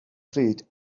pryd